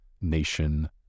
nation